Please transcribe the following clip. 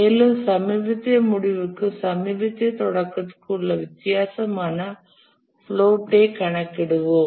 மேலும் சமீபத்திய முடிவுக்கும் சமீபத்திய தொடக்கத்திற்கும் உள்ள வித்தியாசமான பிளோட் ஐ கணக்கிடுவோம்